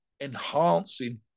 enhancing